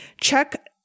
check